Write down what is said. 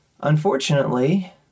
unfortunately